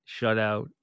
shutout